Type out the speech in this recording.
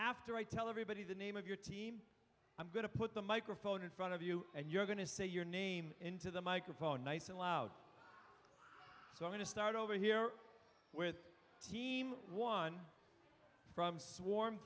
after i tell everybody the name of your team i'm going to put the microphone in front of you and you're going to say your name into the microphone nice and loud going to start over here with team one from swarm